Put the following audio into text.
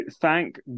thank